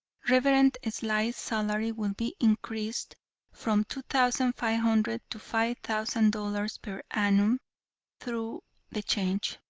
reverend sly's salary will be increased from two thousand five hundred to five thousand dollars per annum through the change,